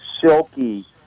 silky